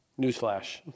Newsflash